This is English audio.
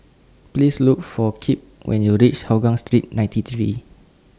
Please Look For Kipp when YOU REACH Hougang Street ninety three